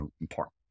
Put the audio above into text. important